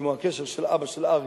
כמו הקשר של אבא של אריה,